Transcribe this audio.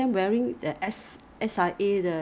I I mean because 他们不可以涂指甲油 you know